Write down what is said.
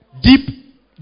deep